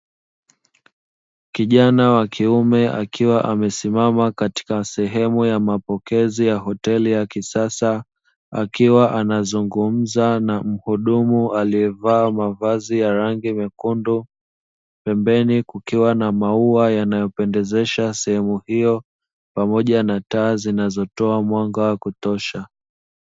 Kijana wa kiume akiwa amesimama katika sehemu ya mapokezi ya hoteli ya kisasa akiwa anazungumza na mhudumu aliyevaa mavazi ya rangi mekundu; pembeni kukiwa na maua yanayopendezesha sehemu hiyo pamoja na taa zinazotoa mwanga wa kutosha.